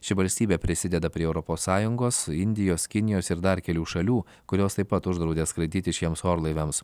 ši valstybė prisideda prie europos sąjungos indijos kinijos ir dar kelių šalių kurios taip pat uždraudė skraidyti šiems orlaiviams